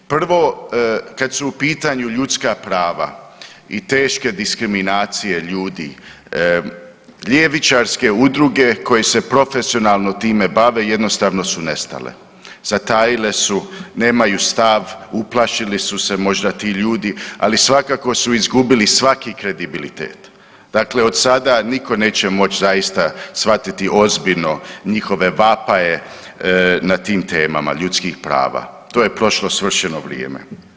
Prvo kad su u pitanju ljudska prava i teške diskriminacije ljudi ljevičarske udruge koje se profesionalno time bave jednostavno su nestale, zatajile su, nemaju stav, uplašili su se možda tih ljudi, ali svakako su izgubili svaki kredibilitet, dakle od sada nitko neće moć zaista shvatiti ozbiljno njihove vapaje na tim temama ljudskih prava, to je prošlo svršeno vrijeme.